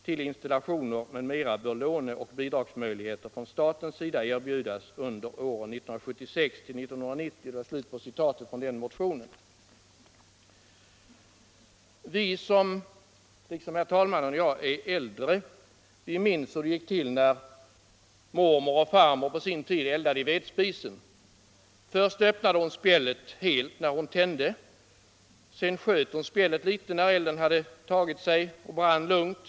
Till installationer m.m. bör låneoch bidragsmöjligheter från statens sida erbjudas under åren 1976-1990.” Vi som, liksom talmannen och jag, är litet äldre minns hur det gick till när mormor eller farmor på sin tid eldade i vedspisen. Först öppnade hon spjället helt när hon tände. Sedan sköt hon spjället när elden hade tagit sig och brann lugnt.